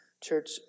Church